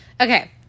Okay